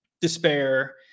despair